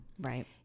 right